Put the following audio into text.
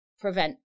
prevent